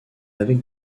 avec